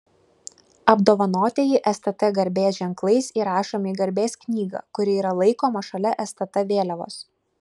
apdovanotieji stt garbės ženklais įrašomi į garbės knygą kuri yra laikoma šalia stt vėliavos